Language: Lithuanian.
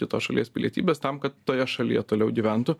kitos šalies pilietybės tam kad toje šalyje toliau gyventų